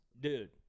Dude